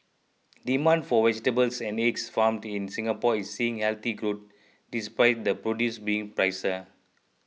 demand for vegetables and eggs farmed in Singapore is seeing healthy growth despite the produce being pricier